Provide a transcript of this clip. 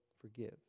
forgive